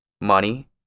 money